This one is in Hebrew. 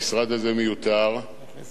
יש לי עדות מכלי ראשון